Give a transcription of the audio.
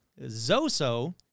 Zoso